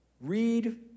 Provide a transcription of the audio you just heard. Read